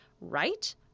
Right